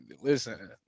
listen